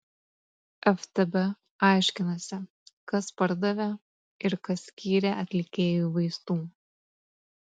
ftb aiškinasi kas pardavė ir kas skyrė atlikėjui vaistų